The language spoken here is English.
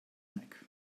neck